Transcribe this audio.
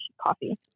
coffee